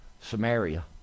Samaria